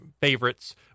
favorites